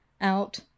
out